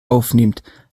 aufnehmt